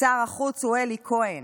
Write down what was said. שר החוץ הוא אלי כהן.